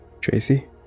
Tracy